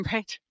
Right